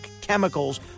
chemicals